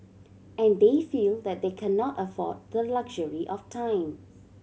and they feel that they cannot afford the luxury of time